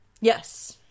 Yes